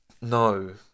no